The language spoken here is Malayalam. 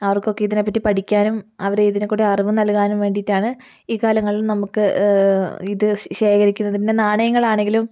അവർക്കൊക്കെ ഇതിനെപ്പറ്റി പഠിക്കാനും അവരെ ഇതിൽക്കൂടെ അറിവ് നൽകാനും വേണ്ടിയിട്ടാണ് ഈ കാലങ്ങളിൽ നമുക്ക് ഇത് ശേഖരിക്കുന്നത് പിന്നെ നാണയങ്ങൾ ആണെങ്കിലും